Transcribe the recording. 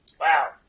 Wow